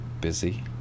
busy